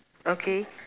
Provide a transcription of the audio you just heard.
okay